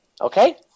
okay